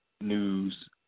news